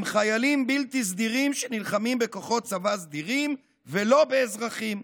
הם חיילים בלתי סדירים שנלחמים בכוחות צבא סדירים ולא באזרחים.